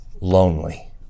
lonely